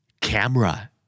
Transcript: Camera